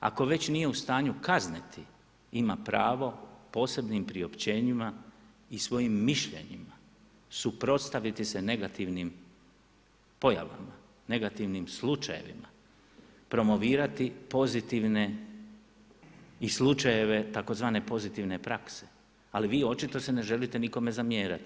Ako već nije u stanju kazniti ima pravo posebnim priopćenjima i svojim mišljenjima suprotstaviti se negativnim pojavama, negativnim slučajevima, promovirati pozitivne i slučajeve tzv. pozitivne prakse, ali vi očito se ne želite nikome zamjerati.